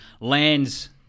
lands